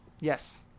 Yes